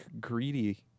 greedy